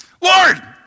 Lord